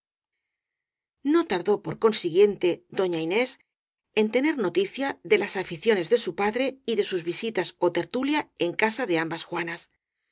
no tardó por consiguiente doña inés en tener noticia de las aficiones de su padre y de sus visitas ó tertulia en casa de ambas juanas